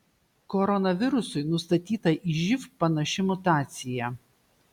koronavirusui nustatyta į živ panaši mutacija